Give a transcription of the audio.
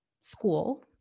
school